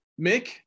Mick